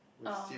ah